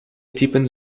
typen